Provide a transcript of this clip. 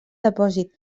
depòsit